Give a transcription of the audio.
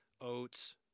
oats